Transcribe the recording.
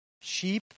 sheep